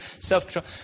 self-control